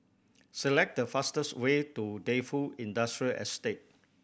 select the fastest way to Defu Industrial Estate